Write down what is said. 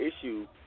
issue